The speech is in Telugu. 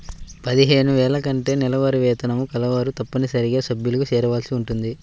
పదిహేను వేల కంటే నెలవారీ వేతనం కలవారు తప్పనిసరిగా సభ్యులుగా చేరవలసి ఉంటుంది